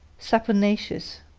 saponaceous.